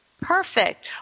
Perfect